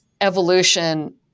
Evolution